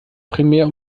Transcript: primär